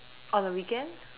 on the weekend